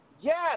yes